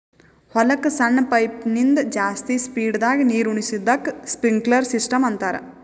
ಹೊಲಕ್ಕ್ ಸಣ್ಣ ಪೈಪಿನಿಂದ ಜಾಸ್ತಿ ಸ್ಪೀಡದಾಗ್ ನೀರುಣಿಸದಕ್ಕ್ ಸ್ಪ್ರಿನ್ಕ್ಲರ್ ಸಿಸ್ಟಮ್ ಅಂತಾರ್